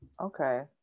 okay